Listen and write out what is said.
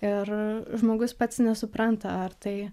ir žmogus pats nesupranta ar tai